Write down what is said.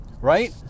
right